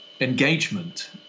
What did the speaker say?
engagement